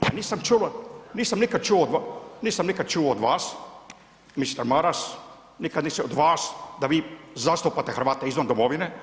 Ja nisam čuo, nisam nikad čuo, nisam nikad čuo od vas mister Maras, nikad nisam od vas da vi zastupate Hrvate izvan domovine.